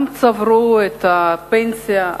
גם צברו את הפנסיה,